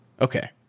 Okay